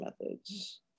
methods